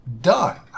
done